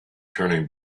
turning